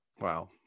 Wow